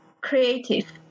creative